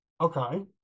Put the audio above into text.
Okay